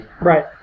Right